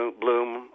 bloom